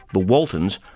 the waltons,